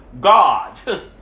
God